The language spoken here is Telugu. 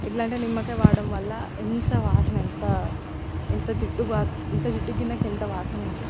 ఎట్లా అంటే నిమ్మకాయ వాడడం వల్ల ఎంత వాసన ఎంత ఎంత జిడ్డు వాస ఎంత జిడ్డు గిన్నెకెంత వాసనున్న